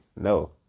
no